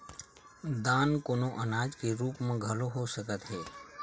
दान कोनो अनाज के रुप म घलो हो सकत हे